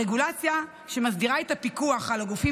הרגולציה שמסדירה את הפיקוח על הגופים